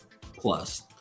plus